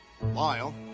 Lyle